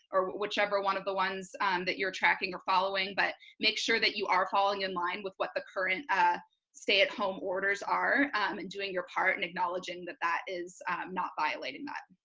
or whichever one of the ones that you're tracking or following, but make sure that you are following in line with what the current stay at home orders are um and doing your part and acknowledging that that is not violating that.